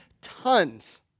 tons